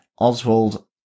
Oswald